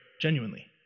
genuinely